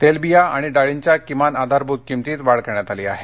तेलबिया आणि डाळींच्या किमान आधारभूत किमतीत वाढ करण्यात आली आहे